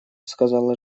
сказала